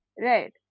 Right